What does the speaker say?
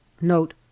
note